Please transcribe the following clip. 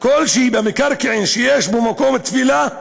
כלשהי במקרקעין שיש בהם מקום תפילה,